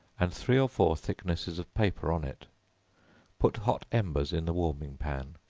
and three or four thicknesses of paper on it put hot embers in the warming-pan,